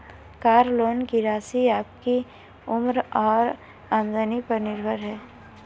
car loan की राशि आपकी उम्र और आमदनी पर निर्भर है